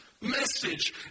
message